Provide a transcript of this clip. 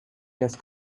less